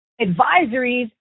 advisories